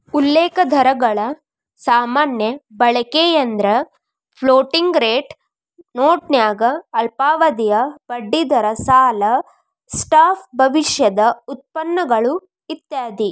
ಉಲ್ಲೇಖ ದರಗಳ ಸಾಮಾನ್ಯ ಬಳಕೆಯೆಂದ್ರ ಫ್ಲೋಟಿಂಗ್ ರೇಟ್ ನೋಟನ್ಯಾಗ ಅಲ್ಪಾವಧಿಯ ಬಡ್ಡಿದರ ಸಾಲ ಸ್ವಾಪ್ ಭವಿಷ್ಯದ ಒಪ್ಪಂದಗಳು ಇತ್ಯಾದಿ